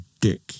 Dick